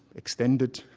extend it,